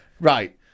right